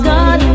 God